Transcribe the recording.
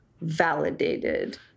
validated